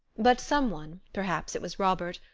but some one, perhaps it was robert,